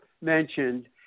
mentioned